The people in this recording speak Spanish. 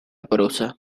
prosa